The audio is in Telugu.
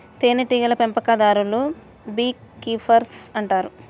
తేనెటీగల పెంపకందారులను బీ కీపర్స్ అంటారు